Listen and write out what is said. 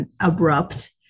abrupt